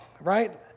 right